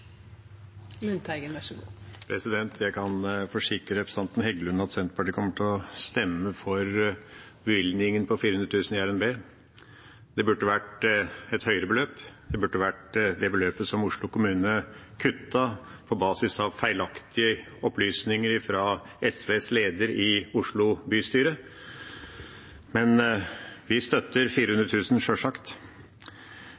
Jeg kan forsikre representanten Heggelund om at Senterpartiet kommer til å stemme for bevilgningen på 400 000 kr i RNB. Det burde vært et høyere beløp. Det burde vært det beløpet som Oslo kommune kuttet på basis av feilaktige opplysninger fra SVs leder i Oslo bystyre. Men vi støtter